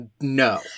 No